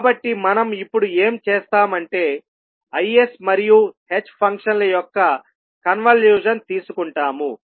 కాబట్టి మనం ఇప్పుడు ఏమి చేస్తాము అంటే Is మరియు h ఫంక్షన్ల యొక్క కన్వల్యూషన్ తీసుకుంటాము